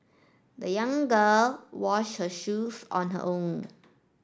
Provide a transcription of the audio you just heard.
the young girl washed her shoes on her own